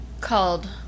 called